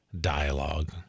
dialogue